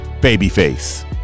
babyface